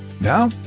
Now